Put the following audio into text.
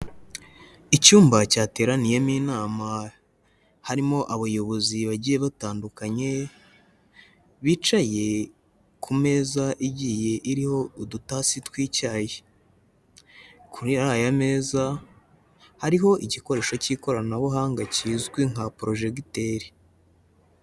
Icyumba cyateraniyemo inama, harimo abayobozi bagiye batandukanye bicaye ku meza igiye iriho udutasi tw'icyayi, kuri aya meza hariho igikoresho k'ikoranabuhanga kizwi nka porojegiteri.